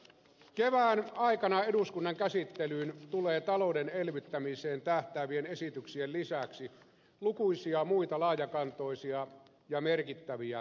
kevään aikana eduskunnan käsittelyyn tulee talouden elvyttämiseen tähtäävien esityksien lisäksi lukuisia muita laajakantoisia ja merkittäviä asiakokonaisuuksia